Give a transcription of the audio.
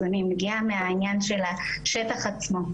אז אני מגיעה מהעניין של השטח עצמו.